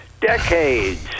decades